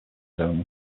zone